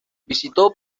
visitó